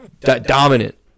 dominant